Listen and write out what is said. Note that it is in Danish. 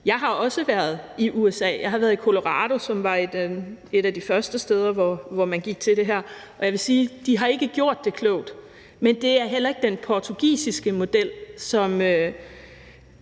Jeg har også været i USA. Jeg har været i Colorado, som var et af de første steder, hvor man gik til det her, og jeg vil sige, at de ikke har gjort det klogt. Men det er heller ikke den portugisiske model, og